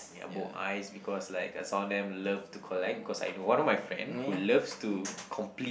ya bold eyes because like a some of them love to collect because I know one of my friend who loves to complete